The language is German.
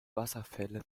wasserfälle